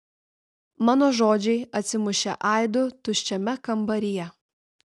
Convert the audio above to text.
mano žodžiai atsimušė aidu tuščiame kambaryje